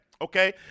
okay